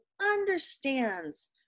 understands